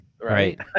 right